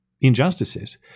injustices